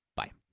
bye.